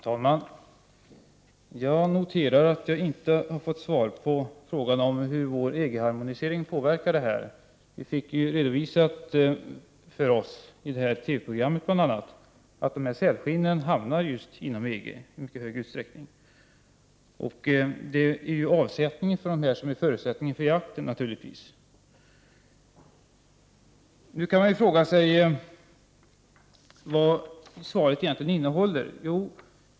Herr talman! Jag noterar att jag inte fick något svar på frågan om hur Sveriges EG-harmonisering påverkar detta. I ett TV-program redovisades ju att sälskinnen i hög grad hamnar i EG-länderna. Att det finns avsättning för skinnen är naturligtvis en förutsättning för jakten. Man kan fråga sig vad svaret egentligen innehåller.